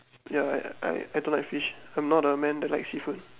ya I I I don't like fish I'm not a man that like seafood